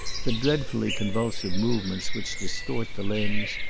the dreadfully convulsive movements which distort the limbs,